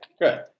good